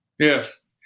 Yes